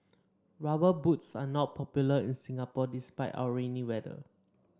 rubber boots are not popular in Singapore despite our rainy weather